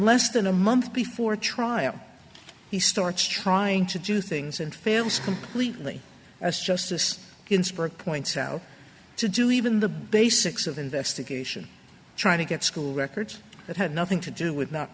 less than a month before trial he starts trying to do things and fails completely as justice ginsberg points out to do even the basics of investigation trying to get school records that had nothing to do with not